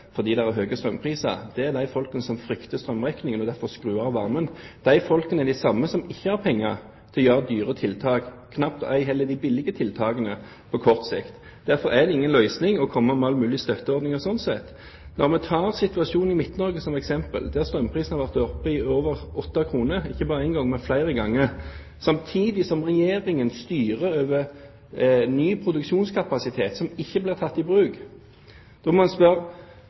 fordi det er høye strømpriser, er de menneskene som frykter strømregningen og derfor skrur av varmen. Det er de samme som ikke har penger til å gjøre dyre tiltak, knapt nok de billige tiltakene på kort sikt. Derfor er det sånn sett ikke noen løsning å komme med alle mulige støtteordninger. La meg ta situasjonen i Midt-Norge som eksempel, der strømprisene har vært oppe i over 8 kr pr. kWh – ikke bare én gang, men flere ganger – samtidig som Regjeringen styrer over ny produksjonskapasitet som ikke blir tatt i bruk.